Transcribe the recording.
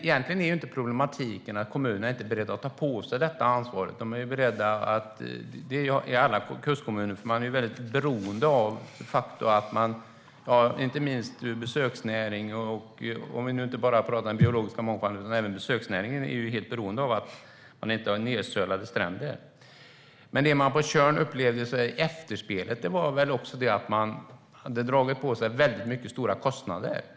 Egentligen är inte problematiken att kommunerna inte är beredda att ta på sig ansvaret. I alla kustkommuner är man väldigt beroende av den biologiska mångfalden, och besöksnäringen är helt beroende av att stränderna inte är nedsölade. Det som man på Tjörn upplevde i efterspelet var att kommunen hade dragit på sig väldigt stora kostnader.